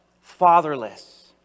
Fatherless